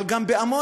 אבל גם בעמונה